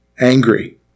angry